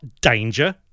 danger